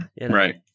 Right